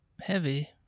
heavy